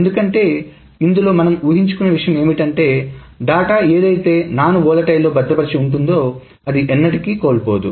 ఎందుకంటే ఇందులో మనం ఊహించుకునే విషయం ఏమిటంటే డేటా ఏదైతే నాన్ వాలటైల్ లో భద్రపరిచి ఉంటుందో అది ఎన్నటికీ కోల్పోదు